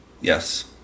Yes